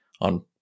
On